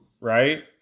right